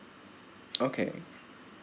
okay